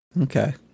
Okay